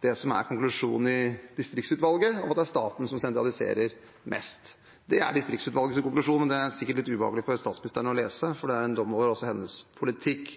det som er konklusjonen til distriktsutvalget, at det er staten som sentraliserer mest. Det er distriktsutvalgets konklusjon, og det er sikkert litt ubehagelig for statsministeren å lese, for det er også en dom over hennes politikk.